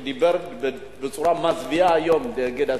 שדיבר בצורה מזוויעה היום נגד השובתים,